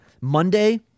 Monday